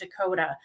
Dakota